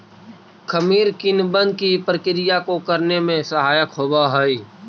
खमीर किणवन की प्रक्रिया को करने में सहायक होवअ हई